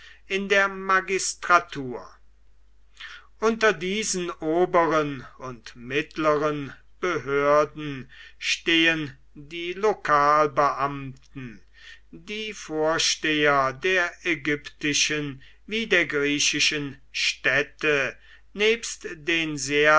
in der magistratur unter diesen oberen und mittleren behörden stehen die lokalbeamten die vorsteher der ägyptischen wie der griechischen städte nebst den